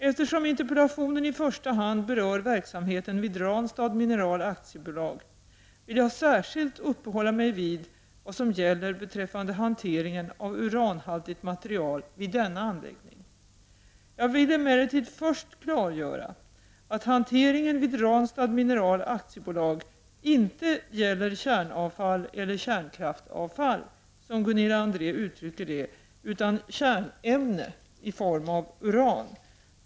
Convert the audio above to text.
Eftersom interpellationen i första hand berör verksamheten vid Ranstad Mineral AB, vill jag särskilt uppehålla mig vid vad som gäller beträffande hanteringen av uranhaltigt material vid denna anläggning. Jag vill emellertid först klargöra att hanteringen vid Ranstad Mineral AB inte gäller kärnavfall eller kärnkraftavfall, som Gunilla André uttrycker det, utan kärnämne i form av uran.